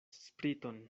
spriton